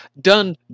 done